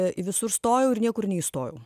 į visur stojau ir niekur neįstojau